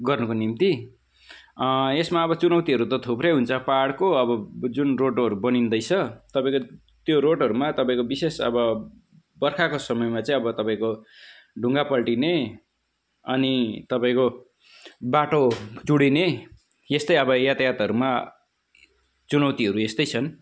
गर्नको निम्ति यसमा अब चुनौतीहरू त थुप्रै हुन्छ पहाडको अब जुन रोडहरू बनिँदैछ तपाईँको त्यो रोडहरूमा तपाईँको विशेष अब बर्खाको समयमा चाहिँ अब तपाईँको ढुङ्गा पल्टिने अनि तपाईँको बाटो चुँडिने यस्तै अब यातायातहरूमा चुनौतीहरू यस्तै छन्